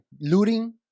looting